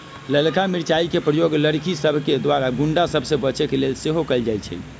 ललका मिरचाइ के प्रयोग लड़कि सभके द्वारा गुण्डा सभ से बचे के लेल सेहो कएल जाइ छइ